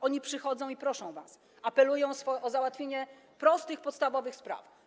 Oni przychodzą i proszą was, apelują o załatwienie prostych podstawowych spraw.